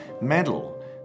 medal